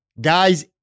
Guys